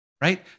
right